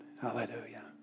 Hallelujah